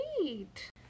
sweet